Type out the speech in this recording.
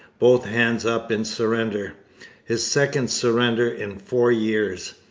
both hands up in surrender his second surrender in four years.